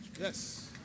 Yes